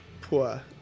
poor